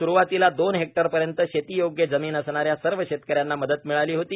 स्रुवातीला दोन हेक्टरपर्यंत शेतीयोग्य जमीन असणाऱ्या सर्व शेतकऱ्यांना मदत मिळाली होती